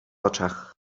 oczach